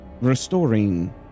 restoring